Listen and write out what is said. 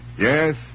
Yes